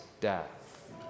death